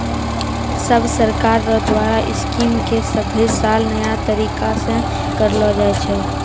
सब सरकार रो द्वारा स्कीम के सभे साल नया तरीकासे करलो जाए छै